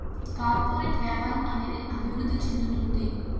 corporate వ్యాపారం అనేది అభివృద్ధి చెందుతుంది